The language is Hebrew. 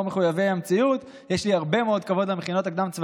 שחלקם הלא-קטן לא נחוצים,